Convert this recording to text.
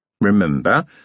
Remember